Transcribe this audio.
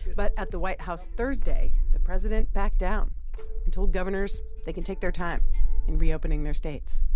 but at the white house thursday, the president backed down and told governors they can take their time in reopening their states.